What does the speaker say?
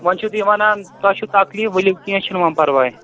وۄنۍ چھُو تُہۍ ونان تۄہہِ چھُو تکلیٖف ؤلِو کیٚنہہ چھُنہٕ وۄنۍ پرواے